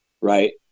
Right